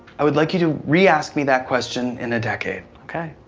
i would like you to re-ask me that question in a decade. okay.